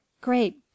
Great